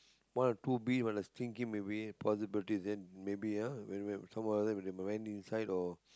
one or two bee when they sting came away possible then maybe ah some of them when they went inside or